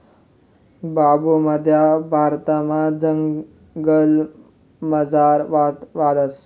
बांबू मध्य भारतमा जंगलमझार वाढस